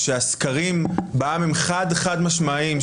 זה שהסקרים בעם הם חד-חד-משמעיים,